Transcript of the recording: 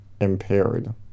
impaired